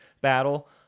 battle